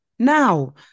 Now